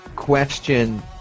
Question